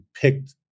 picked